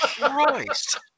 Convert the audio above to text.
Christ